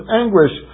anguish